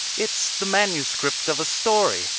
it's the manuscript of a story,